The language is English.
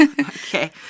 Okay